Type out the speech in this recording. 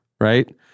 right